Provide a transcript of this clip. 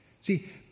See